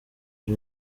ari